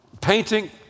painting